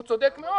והוא צודק מאוד.